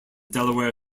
delaware